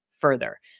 further